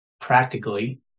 Practically